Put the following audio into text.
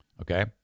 Okay